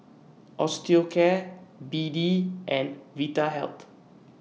Osteocare B D and Vitahealth